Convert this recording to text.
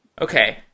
Okay